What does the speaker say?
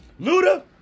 Luda